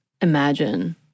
imagine